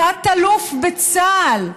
תת-אלוף בצה"ל,